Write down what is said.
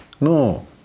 No